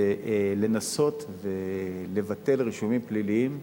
וזה לנסות ולבטל רישומים פליליים,